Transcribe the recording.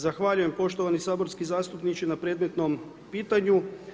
Zahvaljujem poštovani saborski zastupniče na predmetnom pitanju.